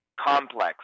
Complex